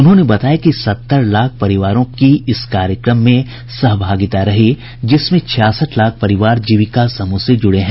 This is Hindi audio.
उन्होंने बताया कि सत्तर लाख परिवारों की इस कार्यक्रम में सहभागिता रही जिसमें छियासठ लाख परिवार जीविका समूह से जुड़े हैं